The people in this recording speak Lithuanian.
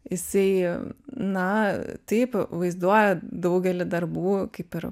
jisai na taip vaizduoja daugelį darbų kaip ir